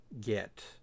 get